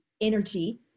energy